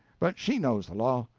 but she knows the law.